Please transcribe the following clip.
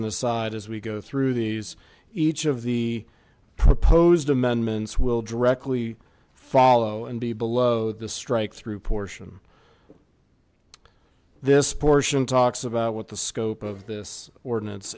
an aside as we go through these each of the proposed amendments will directly follow and be below the strikethrough portion this portion talks about what the scope of this ordinance